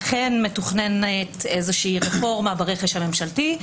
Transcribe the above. אכן מתוכננת איזושהי רפורמה ברכש הממשלתי.